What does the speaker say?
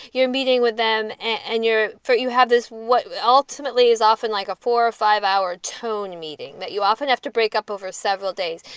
you're meeting with them and you're you have this what ultimately is often like a four or five hour tone meeting that you often have to break up over several days.